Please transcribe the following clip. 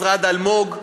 משרד אלמוג,